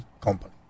company